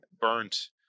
burnt